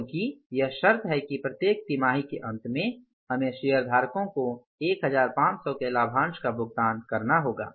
क्योंकि यह शर्त है कि प्रत्येक तिमाही के अंत में हमें शेयरधारकों को 1500 के लाभांश का भुगतान करना होगा